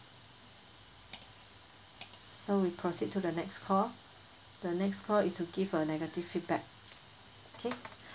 so we proceed to the next call the next call is to give a negative feedback K